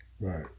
Right